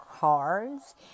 cards